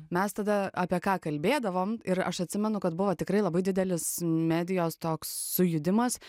mes tada apie ką kalbėdavom ir aš atsimenu kad buvo tikrai labai didelis medijos toks sujudimas